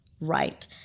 right